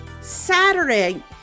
Saturday